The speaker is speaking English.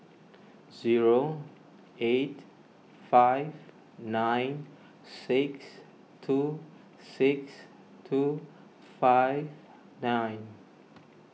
zero eight five nine six two six two five nine